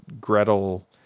Gretel